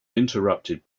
interrupted